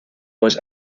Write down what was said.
was